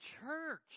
church